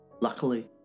Luckily